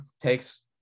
takes